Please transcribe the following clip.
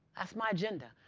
that's my agenda.